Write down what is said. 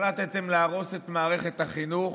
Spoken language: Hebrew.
אם החלטתם להרוס את מערכת החינוך